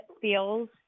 feels